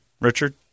Richard